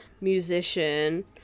musician